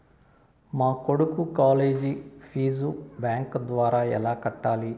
మా కొడుకు college fees bank ద్వారా ఎలా కట్టాలి?